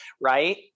right